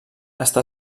està